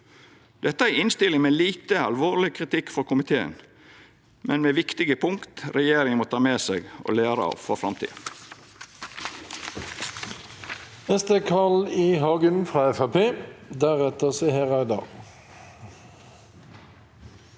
Dette er ei innstilling med lite alvorleg kritikk frå komiteen, men med viktige punkt regjeringa må ta med seg og læra av for framtida.